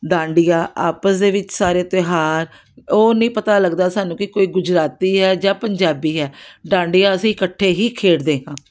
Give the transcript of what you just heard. ਡਾਂਡੀਆ ਆਪਸ ਦੇ ਵਿੱਚ ਸਾਰੇ ਤਿਉਹਾਰ ਉਹ ਨਹੀਂ ਪਤਾ ਲੱਗਦਾ ਸਾਨੂੰ ਕਿ ਕੋਈ ਗੁਜਰਾਤੀ ਹੈ ਜਾਂ ਪੰਜਾਬੀ ਆ ਡਾਂਡੀਆ ਅਸੀਂ ਇਕੱਠੇ ਹੀ ਖੇਡਦੇ ਹਾਂ